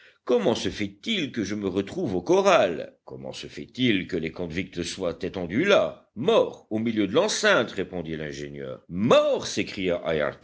comment se fait-il que je me retrouve au corral comment se fait-il que les convicts soient étendus là morts au milieu de l'enceinte répondit l'ingénieur morts s'écria